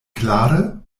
klare